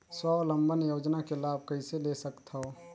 स्वावलंबन योजना के लाभ कइसे ले सकथव?